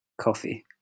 Coffee